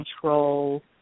control